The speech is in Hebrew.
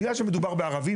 בגלל שמדובר בערבים,